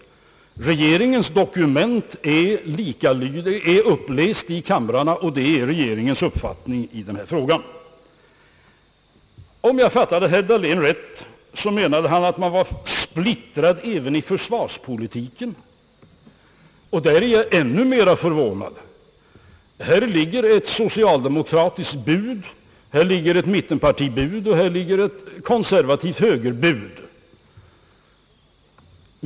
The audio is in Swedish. Men regeringens dokument har lästs upp i kamrarna, och det är regeringens uppfattning i den här frågan. Om jag fattade herr Dahlén rätt, menade han att det skulle förekomma splittring även i försvarspolitiken. Därvidlag är jag ännu mera förvånad. Här föreligger ett socialdemokratiskt bud, ett mittenpartibud och ett konservativt högerbud.